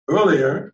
Earlier